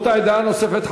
דעה נוספת,